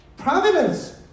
providence